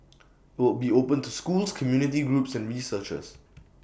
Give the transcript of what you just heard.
IT will be open to schools community groups and researchers